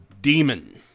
demon